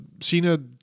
Cena